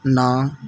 ਨਾਂ